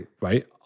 right